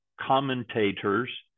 commentators